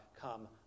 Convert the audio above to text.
come